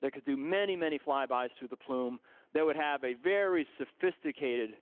that could do many many flybys through the plume that would have a very sophisticated